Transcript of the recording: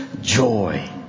joy